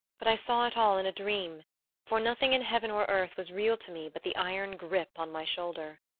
but i saw it all in a dream for nothing in heaven or earth was real to me but the iron grip on my shoulder.